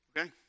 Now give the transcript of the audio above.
okay